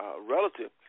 relative